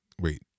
Wait